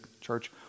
church